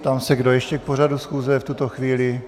Ptám se, kdo ještě k pořadu schůze v tuto chvíli.